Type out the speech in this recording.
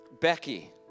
Becky